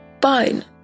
Fine